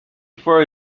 for